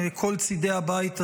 כל צידי הבית הזה,